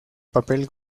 papel